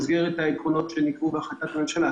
אבל זאת במסגרת העקרונות שנקבעו בהחלטת הממשלה.